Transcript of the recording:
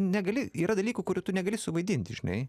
negali yra dalykų kurių tu negali suvaidinti žinai